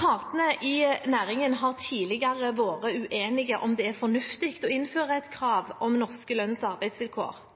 Partene i næringen har tidligere vært uenige om det er fornuftig å innføre et krav om norske lønns- og arbeidsvilkår.